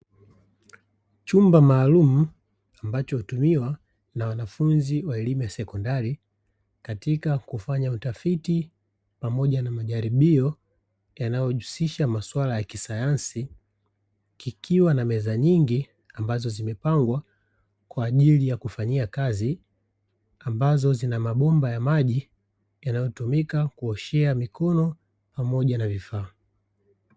Chumba maalumu ambacho hutumiwa na wanafunzi wa elimu ya Sekondali katika kufanya utafiti pamoja na majaribio yanayohusisha maswala ya kisayansi, kikiwa na meza nyingi ambazo zimepangwa kwa ajili ya kufanyia kazi ambazo zina mabomba ya maji yanayo tumika kuoshea mikono pamoja na Vifaa.